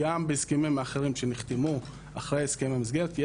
גם בהסכמים אחרים שנחתמו אחרי הסכם המסגרת יש